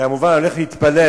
אני כמובן הולך להתפלל,